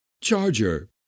charger